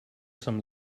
some